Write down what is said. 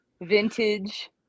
vintage